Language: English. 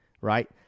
right